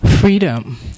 freedom